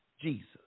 Jesus